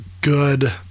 good